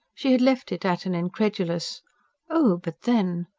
she had left it at an incredulous oh, but then.